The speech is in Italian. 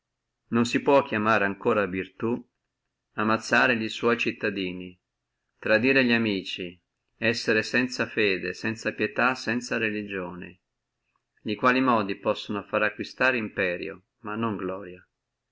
non si può ancora chiamare virtù ammazzare li sua cittadini tradire li amici essere sanza fede sanza pietà sanza relligione li quali modi possono fare acquistare imperio ma non gloria